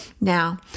Now